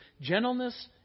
gentleness